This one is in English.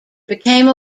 became